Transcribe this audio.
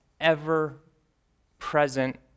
ever-present